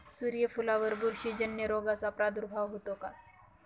सूर्यफुलावर बुरशीजन्य रोगाचा प्रादुर्भाव होतो का?